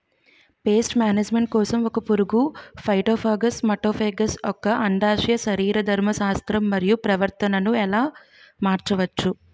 Paste management కోసం ఒక పురుగు ఫైటోఫాగస్హె మటోఫాగస్ యెక్క అండాశయ శరీరధర్మ శాస్త్రం మరియు ప్రవర్తనను ఎలా మార్చచ్చు?